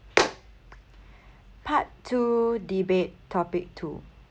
part two debate topic two